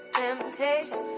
temptation